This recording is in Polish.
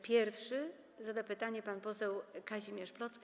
Pierwszy zada pytanie pan poseł Kazimierz Plocke.